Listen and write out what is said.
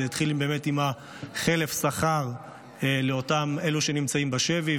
זה התחיל עם חלף שכר לאותם אלה שנמצאים בשבי,